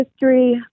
history